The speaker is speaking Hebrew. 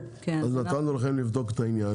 אז נתנו לכם לבדוק את העניין,